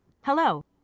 Hello